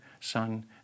Son